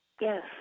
Yes